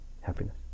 happiness